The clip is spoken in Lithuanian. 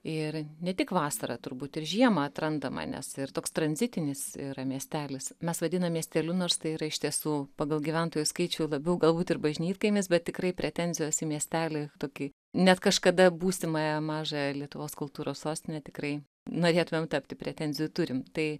ir ne tik vasarą turbūt ir žiemą atrandama nes ir toks tranzitinis yra miestelis mes vadiname miesteliu nors tai yra iš tiesų pagal gyventojų skaičių labiau galbūt ir bažnytkaimis bet tikrai pretenzijos į miestelį tokį net kažkada būsimąją mažąją lietuvos kultūros sostinę tikrai norėtumėm tapti pretenzijų turim tai